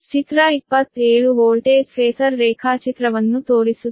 ಚಿತ್ರ 27 voltage phasor ರೇಖಾಚಿತ್ರವನ್ನು ತೋರಿಸುತ್ತದೆ